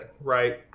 right